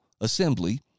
assembly